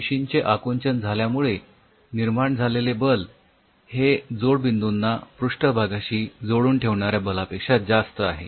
पेशींचे आकुंचन झाल्यामुळे निर्माण झालेले बल हे जोडबिंदूंना पृष्ठभागाशी जोडून ठेवणाऱ्या बलापेक्षा जास्त आहे